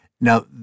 Now